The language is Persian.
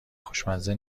خوشمزه